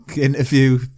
interview